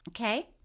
okay